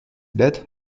death